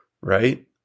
right